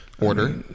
Order